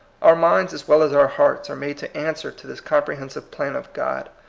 our minds as well as our hearts are made to answer to this comprehensive plan of god.